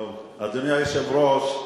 אדוני היושב-ראש,